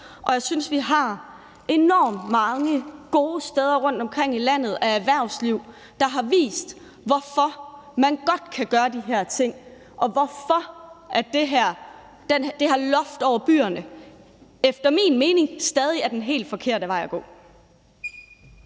Jeg synes, at vi har enormt mange gode steder rundtomkring i landet med erhvervsliv, hvor man har vist, hvorfor man godt kan gøre de her ting, og hvorfor det her loft over byerne efter min mening stadig er den helt forkerte vej at gå.